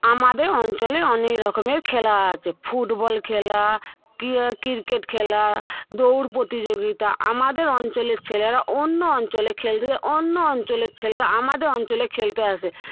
আমাদের অঞ্চলে অনেক রকমের খেলা আছে ফুটবল খেলা ক্রিকেট খেলা দৌড় প্রতিযোগিতা আমাদের অঞ্চলের ছেলেরা অন্য অঞ্চলে খেলতে যায় অন্য অঞ্চলের ছেলেরা আমাদের অঞ্চলে খেলতে আসে